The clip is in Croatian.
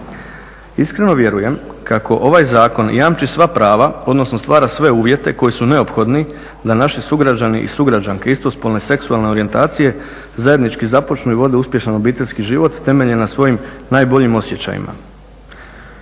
Iskreno vjerujem kako ovaj Zakon jamči sva prava, odnosno stvara sve uvjete koji su neophodni da naši sugrađani i sugrađanske istospolne seksualne orijentacije zajednički započnu i vode uspješan obiteljski život temeljen na svojim najboljim osjećajima